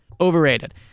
overrated